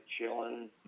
chilling